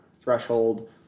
threshold